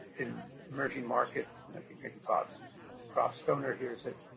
in emerging markets and maybe but rob stoner here said,